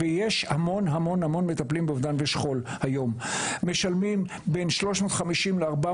ויש היום המון המון המון מטפלים באובדן ובשכול.